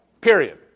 Period